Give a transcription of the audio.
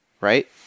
right